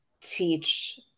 teach